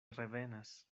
revenas